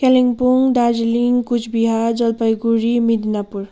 Kalimpong Darjeeling Cooch Behar Jalpaiguri Midnapore